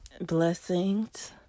blessings